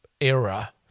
era